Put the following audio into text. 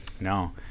No